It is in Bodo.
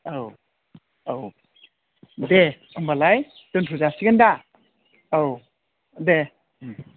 औ औ दे होनबालाय दोन्थ' जासिगोन दा औ दे ओंम